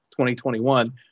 2021